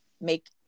make